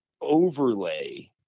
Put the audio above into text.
overlay